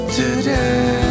today